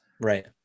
right